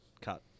cut